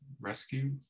rescue